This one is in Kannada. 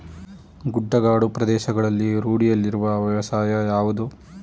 ಗುಡ್ಡಗಾಡು ಪ್ರದೇಶಗಳಲ್ಲಿ ರೂಢಿಯಲ್ಲಿರುವ ವ್ಯವಸಾಯ ಯಾವುದು?